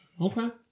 okay